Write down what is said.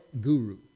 guru